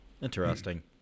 Interesting